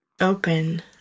Open